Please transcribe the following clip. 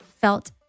felt